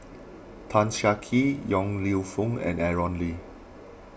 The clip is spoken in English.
Tan Siah Kwee Yong Lew Foong and Aaron Lee